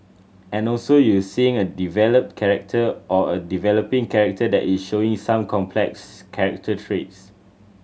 and also you're seeing a developed character or a developing character that is showing some complex character traits